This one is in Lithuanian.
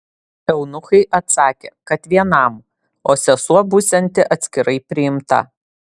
eunuchai atsakė kad vienam o sesuo būsianti atskirai priimta